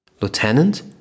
Lieutenant